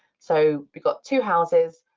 so we've got two houses.